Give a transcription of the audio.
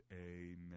Amen